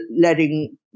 letting